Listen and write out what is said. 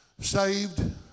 saved